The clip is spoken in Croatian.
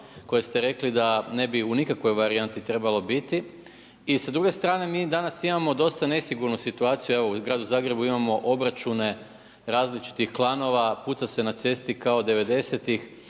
koje ste rekli da ne bi u nikakvoj varijanti trebalo biti. I sa druge strane mi danas imamo dosta nesigurnu situaciju evo u Gradu Zagrebu imamo obračune različitih klanova, puca se na cesti kao 90-tih,